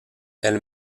elle